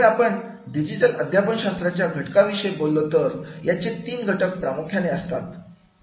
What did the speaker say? जर आपण डिजिटल अध्यापन शास्त्राच्या घटकाविषयी बोललो तर याचे तीन घटक प्रामुख्याने असतात